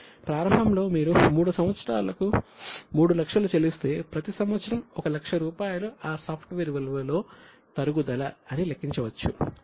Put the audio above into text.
ప్రారంభంలో మీరు 3 సంవత్సరాలకు 3 లక్షలు చెల్లిస్తే ప్రతి సంవత్సరం 1 లక్ష రూపాయలు ఆ సాఫ్ట్వేర్ విలువలో తరుగుదల అని లెక్కించవచ్చు